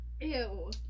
Ew